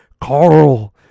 Carl